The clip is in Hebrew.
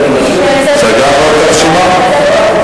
סגרנו את הרשימה.